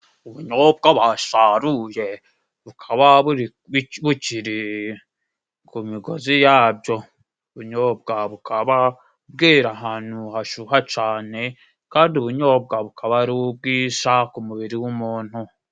Ubunyobwa basaruye bukaba buri buki bukiri ku migozi yabyo, ubunyobwa bukaba bwera ahantu hashuha cane kandi ubunyobwa bukaba ari ubwisha ku mubiri w'umuntu.